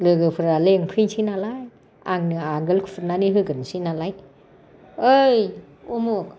लोगोफ्रा लिंफैनोसै नालाय आंनो आगोल खुरनानै होग्रोनोसै नालाय ओइ उमुख